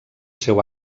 seu